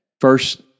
First